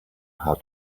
how